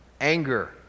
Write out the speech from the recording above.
Anger